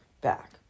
back